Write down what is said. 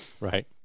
right